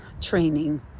training